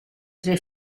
tre